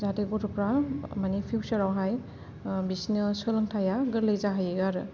जाहाथे गथ'फ्रा माने फिउचारआवहाय बिसोरनो सोलोंथायआ गोरलै जाहैयो आरो